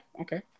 Okay